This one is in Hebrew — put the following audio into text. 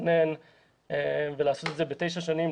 לתכנן ולעשות את זה בתשע שנים,